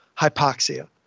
hypoxia